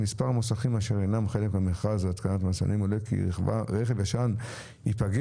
מספר המוסכים אשר אינם חלק מהמכרז להתקנת מסננים עולה כי רכב ישן ייפגם,